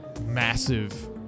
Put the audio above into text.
massive